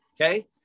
okay